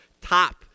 top